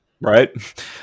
right